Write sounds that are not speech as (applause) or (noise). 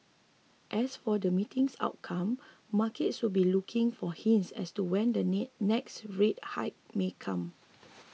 as for the meeting's outcome markets will be looking for hints as to when the (unintelligible) next rate hike may come